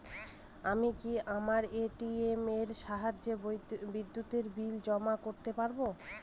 আমি কি আমার এ.টি.এম এর সাহায্যে বিদ্যুতের বিল জমা করতে পারব?